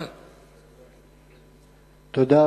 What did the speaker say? תודה.